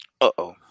Uh-oh